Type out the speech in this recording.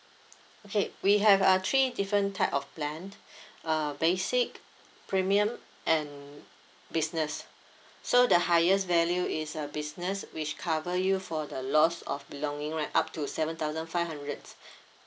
okay we have uh three different type of plan uh basic premium and business so the highest value is uh business which cover you for the loss of belonging right up to seven thousand five hundred